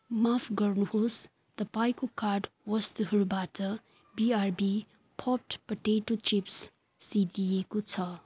माफ गर्नुहोस् तपाईँको कार्ट वस्तुहरूबाट बिआरबी पोप्ड पोटेटो चिप्स सिद्धिएको छ